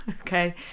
Okay